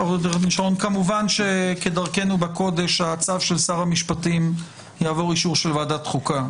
כמובן שכדרכנו בקודש הצו של שר המשפטים יעבור אישור של ועדת חוקה.